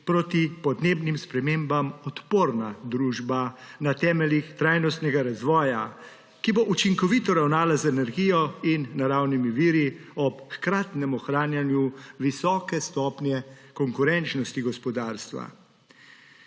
proti podnebnim spremembam odporna družba na temeljih trajnostnega razvoja, ki bo učinkovito ravnala z energijo in naravnimi viri, ob hkratnem ohranjanju visoke stopnje konkurenčnosti gospodarstva.